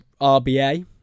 rba